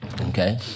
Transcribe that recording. okay